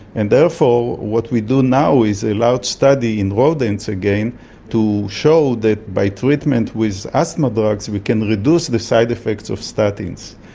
and therefore what we do now is a large study in rodents again to show that by treatment with asthma drugs we can reduce the side-effects of statins,